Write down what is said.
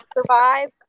survive